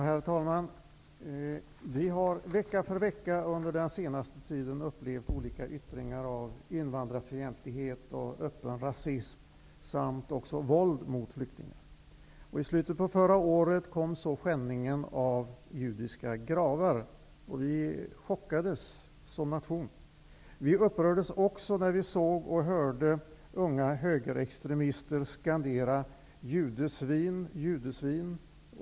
Herr talman! Vi har vecka för vecka under den senaste tiden upplevt olika yttringar av invandrarfientlighet och öppen rasism samt våld mot flyktingar. I slutet på förra året kom så skändningen av judiska gravar. Nationen chockades. Vi upprördes också när vi såg och hörde unga högerextremister skandera ''Judesvin! Judesvin!''